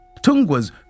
Tungwas